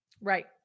Right